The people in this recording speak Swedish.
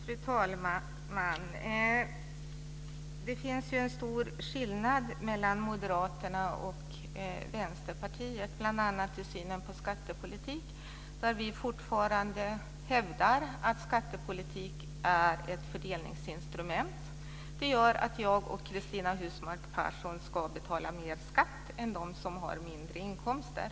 Fru talman! Det finns en stor skillnad mellan Moderaterna och Vänsterpartiet, bl.a. i synen på skattepolitik. Vänsterpartiet hävdar fortfarande att skattepolitik är ett fördelningsinstrument. Det gör att jag och Cristina Husmark Pehrsson ska betala mer skatt än de som har mindre inkomster.